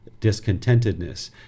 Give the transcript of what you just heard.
discontentedness